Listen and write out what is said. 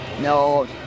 No